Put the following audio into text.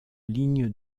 ligne